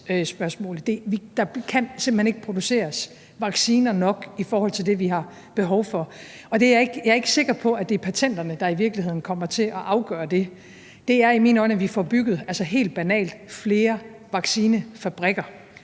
Der kan simpelt hen ikke produceres vacciner nok i forhold til det, vi har behov for, og jeg er ikke sikker på, at det i virkeligheden er patenterne, der kommer til at afgøre det; det er i mine øjne, at vi får bygget – helt banalt – flere vaccinefabrikker,